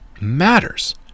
matters